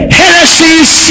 heresies